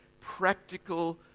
practical